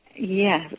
yes